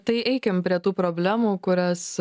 tai eikim prie tų problemų kurias